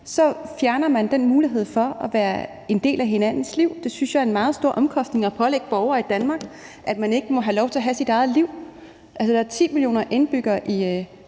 fjerner man den mulighed for at være en del af hinandens liv, og det synes jeg er en meget stor omkostning at pålægge borgere i Danmark, altså at man ikke må have lov til at have sit eget liv. Der er 10 millioner indbyggere i